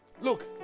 Look